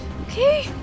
Okay